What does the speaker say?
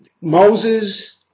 Moses